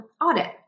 audit